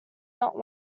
not